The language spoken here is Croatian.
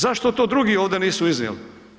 Zašto to drugi ovdje nisu iznijeli?